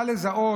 קל לזהות.